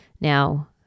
now